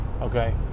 okay